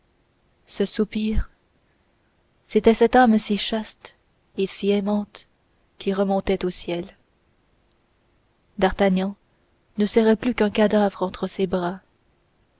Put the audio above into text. ce soupir c'était cette âme si chaste et si aimante qui remontait au ciel d'artagnan ne serrait plus qu'un cadavre entre ses bras